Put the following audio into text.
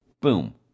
Boom